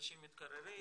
אנשים מתקררים.